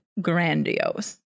grandiose